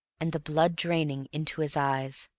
and the blood draining into his eyes.